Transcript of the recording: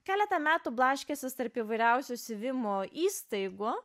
keletą metų blaškęsis tarp įvairiausių siuvimo įstaigų